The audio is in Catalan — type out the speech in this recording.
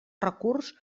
recurs